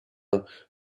and